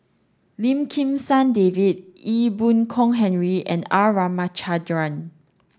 Lim Kim San David Ee Boon Kong Henry and R Ramachandran